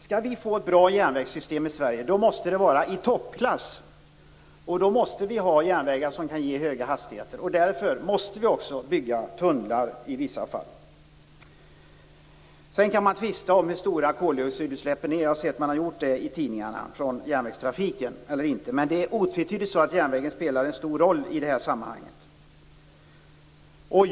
Skall vi få ett bra järnvägssystem i Sverige måste vi ha järnvägar av toppklass som kan ge höga hastigheter. Därför måste vi också bygga tunnlar i vissa fall. Man kan tvista om hur stora koldioxidutsläppen från järnvägstrafiken är, och det har man gjort i tidningarna. Men otvetydigt spelar järnvägen en stor roll i sammanhanget.